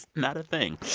not a thing.